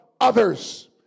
others